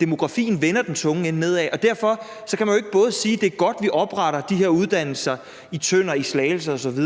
Demografien vender den tunge ende nedad. Derfor kan man jo ikke både sige, at det er godt, vi opretter de her uddannelser i Tønder, i Slagelse osv.,